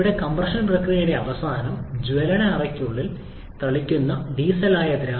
ഇവിടെ കംപ്രഷൻ പ്രക്രിയയുടെ അവസാനം ജ്വലന അറയ്ക്കുള്ളിൽ തളിക്കുന്ന ഡീസലായ ദ്രാവക ഇന്ധനം